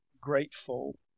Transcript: grateful